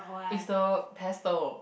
is the tester